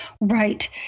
Right